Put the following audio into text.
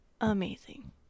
Amazing